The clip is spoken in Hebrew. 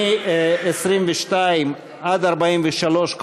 מ-22 ועד 43,